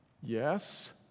yes